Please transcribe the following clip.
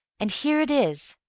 and here it is.